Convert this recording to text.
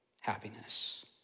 happiness